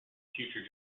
future